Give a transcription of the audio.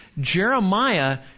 Jeremiah